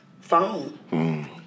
phone